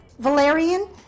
valerian